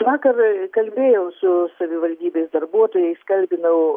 vakar kalbėjau su savivaldybės darbuotojais kalbinau